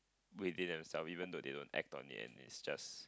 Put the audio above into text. within them self even though they don't act on it and is just